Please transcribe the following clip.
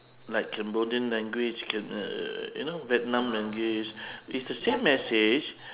like cambodian language can uh uh you know vietnam language is the same message